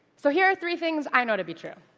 so here are three things i know to be true.